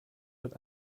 mit